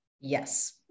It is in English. yes